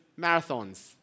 marathons